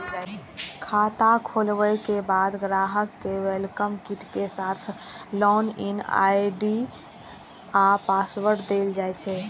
खाता खोलाबे के बाद ग्राहक कें वेलकम किट के साथ लॉग इन आई.डी आ पासवर्ड देल जाइ छै